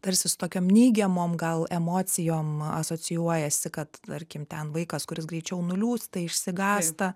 tarsi su tokiom neigiamom gal emocijom asocijuojasi kad tarkim ten vaikas kuris greičiau nuliūsta išsigąsta